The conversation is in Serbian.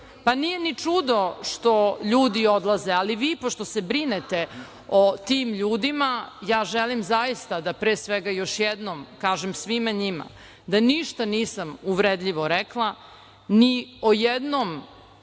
pa nije ni čudo što ljudi odlaze. Pošto se brinete o tim ljudima ja želim zaista da još jednom kažem svima njima da ništa nisam uvredljivo rekla ni o jednom